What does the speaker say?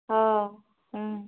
ହଁ